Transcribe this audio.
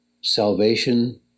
salvation